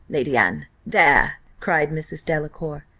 lady anne there! cried mrs. delacour,